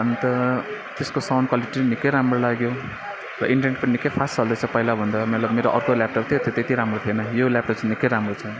अन्त त्यसको sound quality पनि निकै राम्रो लाग्यो र इन्टरनेट त निकै फास्ट चल्दैछ पहिला भन्दा मतलब मेरो अर्को ल्यापटप थियो त्यो चाहिँ त्यति राम्रो थिएन यो ल्यापटप चाहिँ निकै राम्रो छ